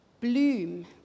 Bloom